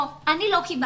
לא, אני לא קיבלתי.